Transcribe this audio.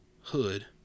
hood